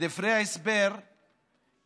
בדברי ההסבר כתוב